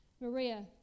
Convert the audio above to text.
Maria